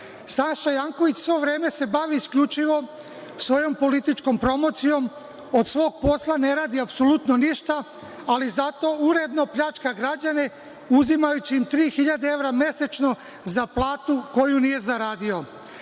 Janković svo vreme se bavi isključivo svojom političkom promocijom, od svog posla ne radi apsolutno ništa, ali zato uredno pljačka građane, uzimajući im 3.000 evra mesečno za platu koju nije zaradio. Da